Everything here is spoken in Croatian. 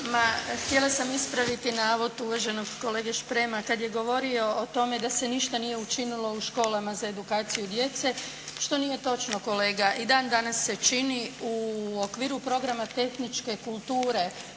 htjela sam ispraviti navod uvaženog kolege Šprema kada je govorio o tome da se ništa nije učinilo u školama za edukaciju djece, što nije točno kolega. I dan danas se čini u okviru programa tehničke kulture